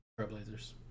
Trailblazers